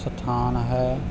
ਸਥਾਨ ਹੈ